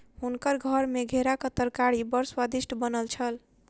हुनकर घर मे घेराक तरकारी बड़ स्वादिष्ट बनल छल